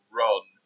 run